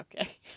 Okay